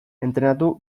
entrenatu